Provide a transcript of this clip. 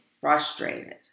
frustrated